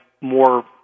more